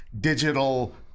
digital